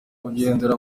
kugendera